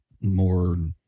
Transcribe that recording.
more